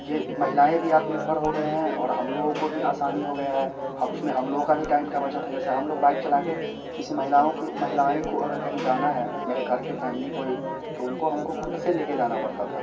ये महिलाएँ भी आत्मनिर्भर हो गएँ हैं और हम लोगों को भी आसानी हो गई है अब उस में हम लोग के भी टाइम की बचत है जैसे हम लोग बाइक चला कर किसी महिलाओं के महिलाएँ को अगर कहीं जाना है मेरे घर की फैमिली को ही तो उनको हम को ख़ुद से ले कर जाना पड़ता था